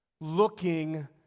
looking